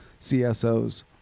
CSOs